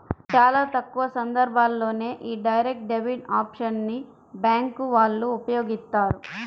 చాలా తక్కువ సందర్భాల్లోనే యీ డైరెక్ట్ డెబిట్ ఆప్షన్ ని బ్యేంకు వాళ్ళు ఉపయోగిత్తారు